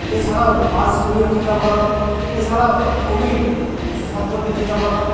এছাড়াও pulse polio টিকাকরণ এছাড়াও কোভিড সম্পর্কে টিকাকরণ